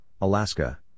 Alaska